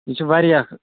یہِ چھِ واریاہ